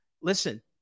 Listen